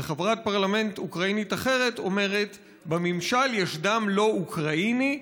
וחברת פרלמנט אוקראינית אחרת אומרת: "בממשל יש דם לא אוקראיני,